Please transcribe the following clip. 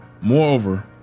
Moreover